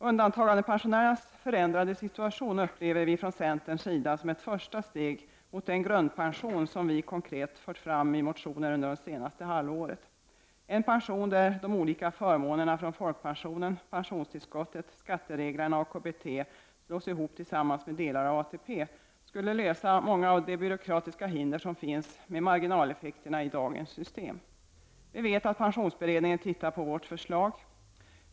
Undantagandepensionärernas förändrade situation upplever vi från centerns sida som ett första steg mot den grundpension som vi konkret fört fram i motioner under det senaste halvåret. En pension där de olika förmånerna från folkpension, pensionstillskott, skattereglerna och KBT slås ihop tillsammans med delar av ATP skulle lösa många av de byråkratiska hinder som finns med marginaleffekterna i dagens system. Vi vet att pensionsberedningen tittar på vårt förslag.